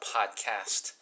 Podcast